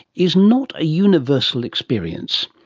is not a universal experience.